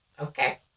Okay